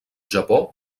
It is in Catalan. japó